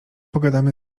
pogadamy